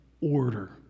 order